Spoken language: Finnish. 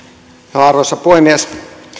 arvoisa puhemies